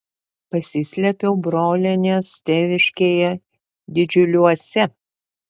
pasislėpiau brolienės tėviškėje didžiuliuose